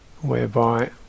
whereby